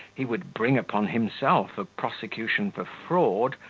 he would bring upon himself a prosecution for fraud,